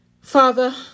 Father